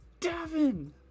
Davin